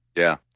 yeah,